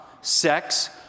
sex